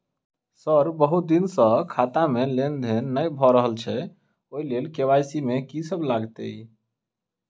Sir बहुत दिन सऽ खाता मे लेनदेन नै भऽ रहल छैय ओई लेल के.वाई.सी मे की सब लागति ई?